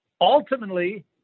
ultimately